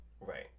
right